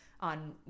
on